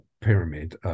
pyramid